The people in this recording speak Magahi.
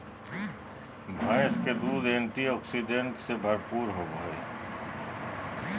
भैंस के दूध एंटीऑक्सीडेंट्स से भरपूर होबय हइ